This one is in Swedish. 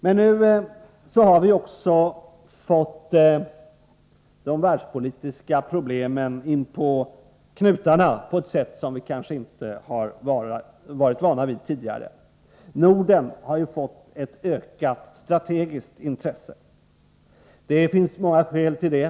Men nu har vi också fått de världspolitiska problemen in på knutarna på ett sätt som vi kanske inte har varit vana vid tidigare. Norden har blivit föremål för ett ökat strategiskt intresse. Det finns många skäl till det.